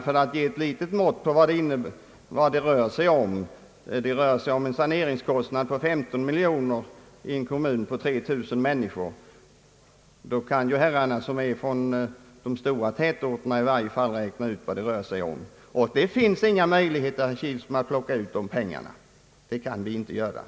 För att ge ett litet mått på vad det rör sig om kan jag också nämna att saneringskostnaden där uppgår till ca 15 miljoner kronor — i en kommun med 3 000 människor! De ledamöter som är från de stora tätorterna kan lätt räkna ut vad det innebär. Det finns inga möjligheter att ta ut dessa pengar, herr Kilsmo.